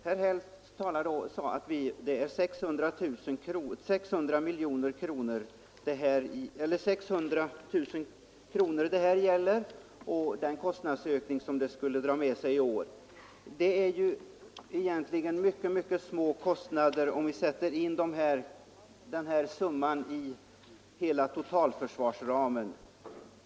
Herr Häll sade att den kostnadsökning som ett bifall till motionen i år skulle dra med sig är 600 000 kronor. Det är egentligen en mycket liten summa om vi sätter in den i hela totalförsvarsramen.